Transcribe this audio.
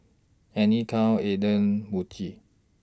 Anne Klein Aden Muji